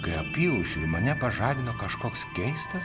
kai apyaušriu mane pažadino kažkoks keistas